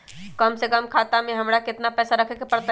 कम से कम खाता में हमरा कितना पैसा रखे के परतई?